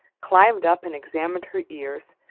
climbed up and examined her ears,